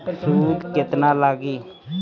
सूद केतना लागी?